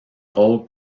rôle